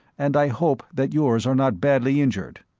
and i hope that yours are not badly injured.